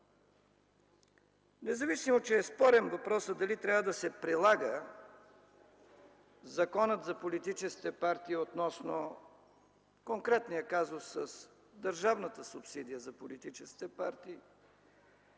независимо, че е спорен въпросът дали трябва да се прилага Законът за политическите партии относно конкретния казус с държавната субсидия за политическите партии